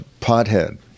pothead